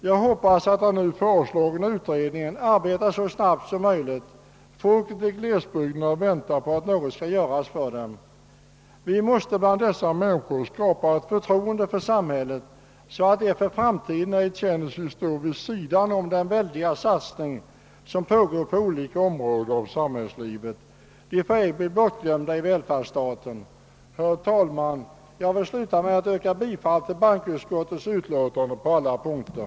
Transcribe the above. Jag hoppas att den nu föreslagna utredningen skall arbeta så snabbt som möjligt. Människorna i glesbygderna väntar att något skall göras för dem. Vi måste bland dessa människor skapa ett förtroende för samhället, så att de för framtiden ej känner sig stå vid sidan om den väldiga satsning som pågår på olika områden av samhällslivet. De får ej bli bortglömda i välfärdsstaten. Herr talman! Jag vill sluta med att yrka bifall till utskottets hemställan på samtliga punkter.